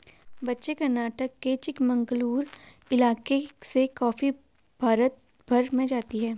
बच्चों कर्नाटक के चिकमंगलूर इलाके से कॉफी भारत भर में जाती है